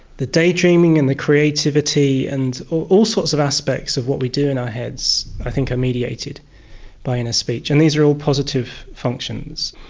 the daydreaming and the creativity and all sorts of aspects of what we do in our heads i think are mediated by inner speech, and these are all positive functions.